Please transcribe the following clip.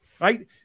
Right